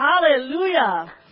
Hallelujah